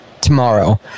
tomorrow